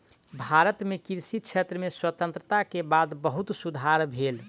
भारत मे कृषि क्षेत्र में स्वतंत्रता के बाद बहुत सुधार भेल